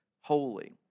holy